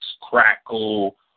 Crackle